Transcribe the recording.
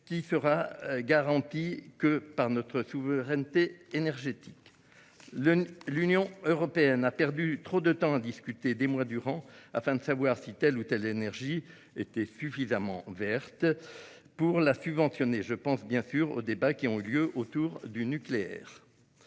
ne sera garantie que par notre souveraineté énergétique. L'Union européenne a perdu trop de temps à discuter des mois durant afin de savoir si telle ou telle énergie était suffisamment verte pour être subventionnée. Je pense bien sûr aux débats qui ont eu lieu autour du nucléaire.